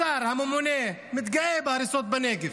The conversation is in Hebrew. השר הממונה מתגאה בהריסות בנגב,